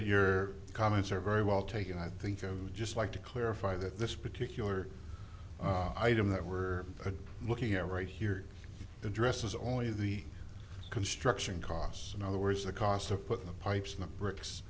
your comments are very well taken i think i would just like to clarify that this particular item that we're looking at right here the dress is only the construction costs in other words the cost of putting the pipes in the bricks